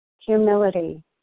Humility